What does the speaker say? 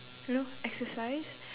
you know exercise